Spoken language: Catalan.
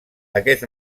aquest